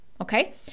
okay